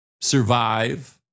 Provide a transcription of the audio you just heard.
survive